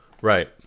Right